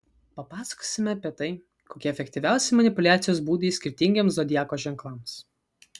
papasakosime apie tai kokie efektyviausi manipuliacijos būdai skirtingiems zodiako ženklams